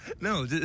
No